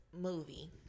movie